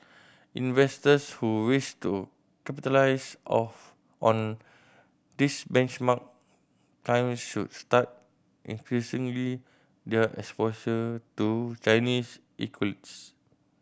investors who wish to capitalise of on this benchmark climb should start increasingly their exposure to Chinese